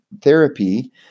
therapy